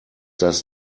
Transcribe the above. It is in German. das